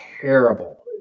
terrible